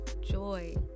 joy